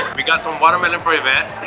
we got some watermelon prevent